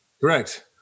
Correct